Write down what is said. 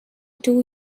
two